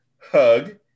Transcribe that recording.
hug